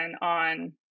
on